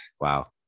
Wow